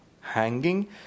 hanging